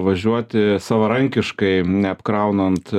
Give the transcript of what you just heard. važiuoti savarankiškai neapkraunant